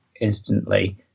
instantly